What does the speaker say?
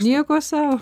nieko sau